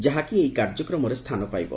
ଯାହାକି ଏହି କାର୍ଯ୍ୟକ୍ରମରେ ସ୍ଥାନ ପାଇବ